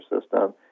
System